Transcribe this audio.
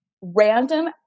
random